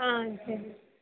ஆ சரி